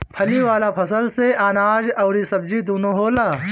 फली वाला फसल से अनाज अउरी सब्जी दूनो होला